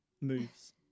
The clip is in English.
moves